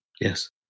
Yes